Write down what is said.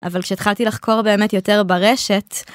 אבל כשהתחלתי לחקור באמת יותר ברשת...